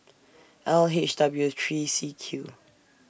L H W three C Q